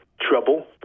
trouble